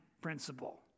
principle